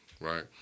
right